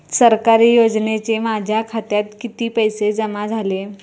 सरकारी योजनेचे माझ्या खात्यात किती पैसे जमा झाले?